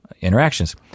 interactions